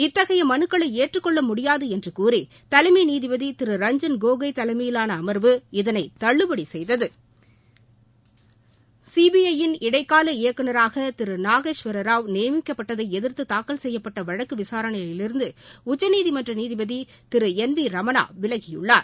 இத்தகைய மலுக்களை ஏற்றுக் கொள்ளமுடியாது என்று கூறி தலைமை நீபதிதி திரு ரஞ்ஜன் கோகோய் தலைமையிலான அமர்வு இதனை தள்ளுபடி செய்தது சிபிஐ யின் இடைக்கால இயக்குநராக திரு நாகேஸ்வரராவ் நியமிக்கப்பட்டதை எதிர்த்து தாக்கல் செய்யப்பட்ட வழக்கு விசாரணையிலிருந்து உச்சநீதிமன்ற நீதிபதி திரு என் வி ரமணா விலகியுள்ளார்